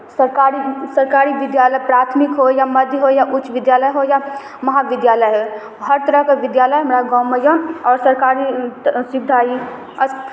सरकारी सरकारी विद्यालय प्राथमिक होय या मध्य होय या उच्च विद्यालय होय या महाविद्यालय होय हर तरहके विद्यालय हमरा गाममे यए आओर सरकारी सुविधा अस